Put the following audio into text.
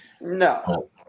No